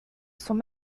sont